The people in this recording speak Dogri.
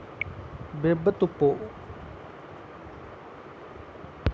वेब तुप्पो